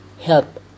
help